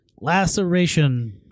Laceration